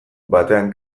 batean